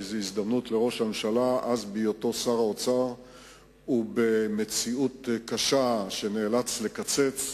כי זאת הזדמנות לראש הממשלה שהיה אז שר האוצר במציאות הקשה ונאלץ לקצץ.